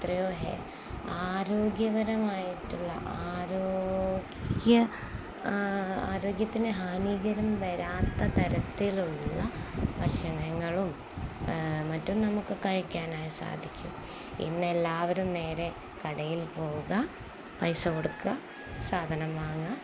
എത്രയോ ആരോഗ്യപരമായിട്ടുള്ള ആരോഗ്യത്തിനു ഹാനികരം വരാത്ത തരത്തിലുള്ള ഭക്ഷണങ്ങളും മറ്റും നമുക്കു കഴിക്കാനായി സാധിക്കും ഇന്നെല്ലാവരും നേരെ കടയിൽ പോവുക പൈസ കൊടുക്കുക സാധനം വാങ്ങുക